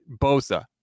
Bosa